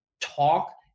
talk